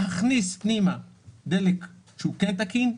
להכניס פנימה דלק שהוא כן תקין.